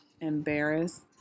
embarrassed